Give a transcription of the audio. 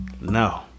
No